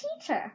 teacher